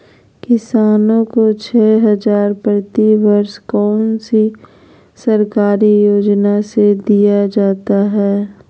किसानों को छे हज़ार प्रति वर्ष कौन सी सरकारी योजना से दिया जाता है?